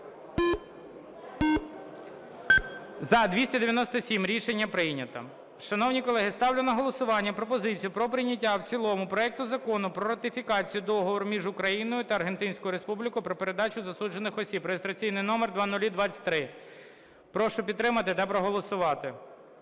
За-297 Рішення прийнято. Шановні колеги, ставлю на голосування пропозицію про прийняття в цілому проекту Закону про ратифікацію Договору між Україною та Аргентинською Республікою про передачу засуджених осіб (реєстраційний номер 0023). Прошу підтримати та проголосувати.